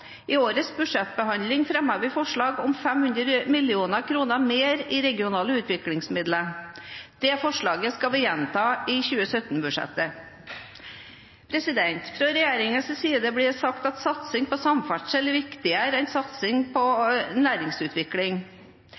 I årets budsjettbehandling fremmet vi forslag om 500 mill. kr mer i regionale utviklingsmidler. Det forslaget skal vi gjenta i 2017-budsjettet. Fra regjeringens side blir det sagt at satsing på samferdsel er viktigere enn satsing på næringsutvikling.